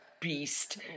Beast